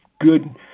good